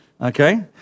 Okay